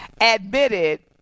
admitted